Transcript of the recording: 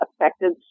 affected